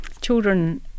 children